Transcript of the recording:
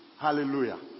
Hallelujah